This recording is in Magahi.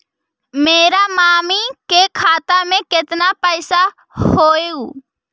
मेरा मामी के खाता में कितना पैसा हेउ?